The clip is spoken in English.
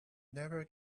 never